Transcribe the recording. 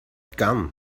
gun